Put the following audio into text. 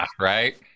right